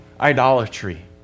idolatry